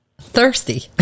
Thirsty